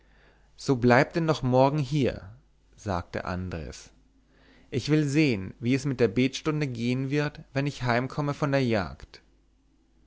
so bleibt denn noch morgen hier sagte andres ich will sehen wie es mit der betstunde gehen wird wenn ich heimkomme von der jagd